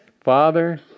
Father